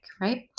Right